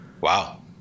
Wow